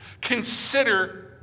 consider